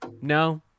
No